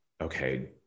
okay